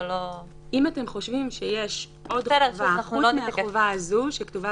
האם אתם חושבים שיש עוד חובה חוץ מהחובה הזאת שכתובה